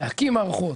להקים מערכות.